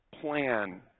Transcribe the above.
plan